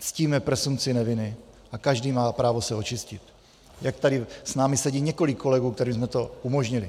Ctíme presumpci neviny a každý má právo se očistit, jak tady s námi sedí několik kolegů, kterým jsme to umožnili.